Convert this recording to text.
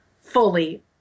fully